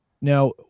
Now